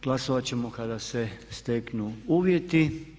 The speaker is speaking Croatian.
Glasovat ćemo kada se steknu uvjeti.